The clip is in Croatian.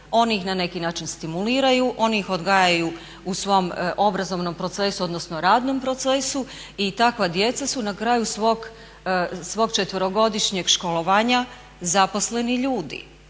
oni ih na neki način stimuliraju, oni ih odgajaju u svom obrazovnom procesu odnosno radnom procesu i takva djeca su na kraju svog četverogodišnjeg školovanja zaposleni ljudi.